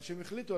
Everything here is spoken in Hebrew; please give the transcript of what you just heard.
הן החליטו,